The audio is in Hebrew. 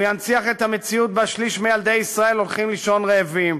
הוא ינציח את המציאות שבה שליש מילדי ישראל הולכים לישון רעבים,